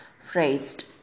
phrased